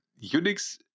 Unix